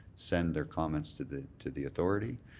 send their comments to the to the authority,